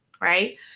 Right